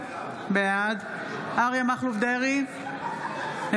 בעד אריה מכלוף דרעי,